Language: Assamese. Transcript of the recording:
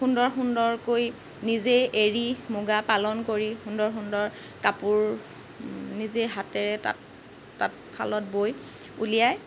সুন্দৰ সুন্দৰকৈ নিজে এৰি মুগা পালন কৰি সুন্দৰ সুন্দৰ কাপোৰ নিজে হাতেৰে তাঁত তাঁতশালত বৈ উলিয়ায়